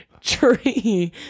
tree